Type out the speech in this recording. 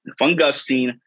fungusting